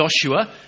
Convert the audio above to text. Joshua